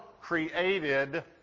created